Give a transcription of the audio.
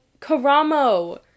Karamo